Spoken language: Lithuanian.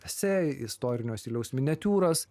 esė istorinio stiliaus miniatiūras